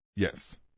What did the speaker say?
Yes